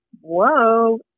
Whoa